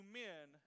men